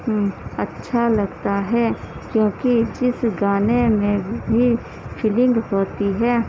اچھا لگتا ہے کیونکہ جس گانے میں بھی فیلنگ ہوتی ہے